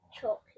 chocolate